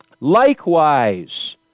likewise